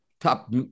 top